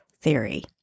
theory